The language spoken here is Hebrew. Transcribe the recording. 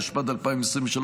התשפ"ד 2023,